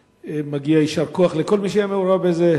מגיע יישר כוח לכל מי שהיה מעורב בזה,